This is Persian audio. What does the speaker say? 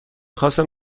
خواستم